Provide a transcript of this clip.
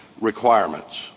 requirements